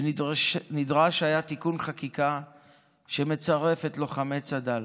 ונדרש היה תיקון חקיקה שמצרף את לוחמי צד"ל.